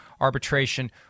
arbitration